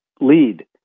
lead